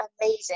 amazing